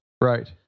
Right